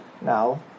now